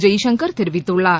ஜெய்சங்கர் தெரிவித்துள்ளார்